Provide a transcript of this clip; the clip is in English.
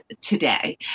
today